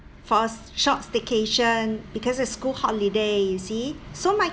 for a short staycation because it's school holiday you see so my